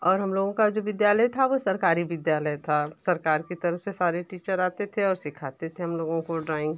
और हम लोगों का जो विद्यालय था वो सरकारी विद्यालय था सरकार की तरफ से सारे टीचर आते थे और सिखाते थे हम लोगों को ड्राइंग